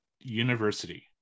University